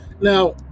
Now